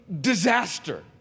disaster